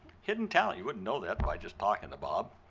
hidden talent, you wouldn't know that by just talking to bob,